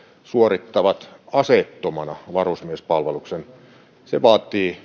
suorittavat aseettomana varusmiespalveluksen se vaatii